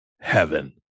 Heaven